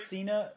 Cena